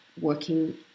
working